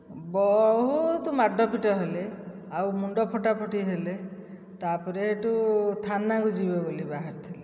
ବହୁତ ମାଡ଼ପିଟ ହେଲେ ଆଉ ମୁଣ୍ଡ ଫଟାଫଟି ହେଲେ ତାପରେ ସେଇଠୁ ଥାନାକୁ ଯିବେ ବୋଲି ବାହାରି ଥିଲେ